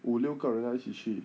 五六个人要一起去